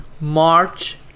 March